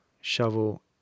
shovel